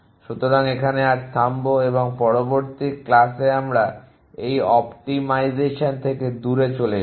সুতরাং এখানে আজ থামবো এবং পরবর্তী ক্লাসে আমরা এই অপ্টিমাইজেশন থেকে দূরে চলে যাব